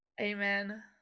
amen